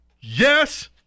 Yes